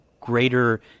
greater